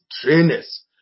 trainers